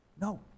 No